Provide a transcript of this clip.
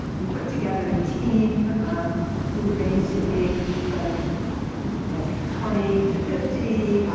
we put together a team who ranged in age from like twenty to fifty.